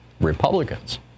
Republicans